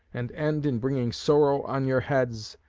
and end in bringing sorrow on your heads,